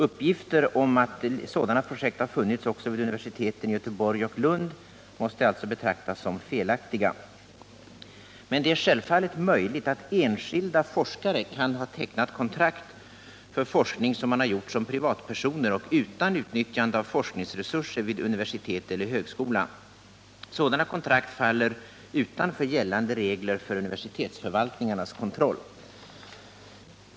Uppgifterna om att sådana projekt har funnits också vid universiteten i Göteborg och Lund måste alltså betraktas som felaktiga. Det är självfallet möjligt att enskilda forskare kan ha tecknat kontrakt för forskning som de har utfört som privatpersoner, utan utnyttjande av forskningsresurser vid universitet eller högskola. Sådana kontrakt faller utanför gällande regler för universitetsförvaltningarnas kontroll.